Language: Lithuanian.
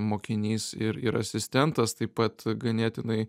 mokinys ir ir asistentas taip pat ganėtinai